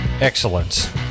excellence